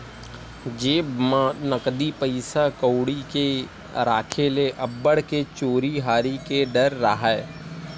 जेब म नकदी पइसा कउड़ी के राखे ले अब्बड़ के चोरी हारी के डर राहय